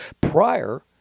prior